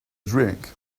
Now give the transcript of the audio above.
drink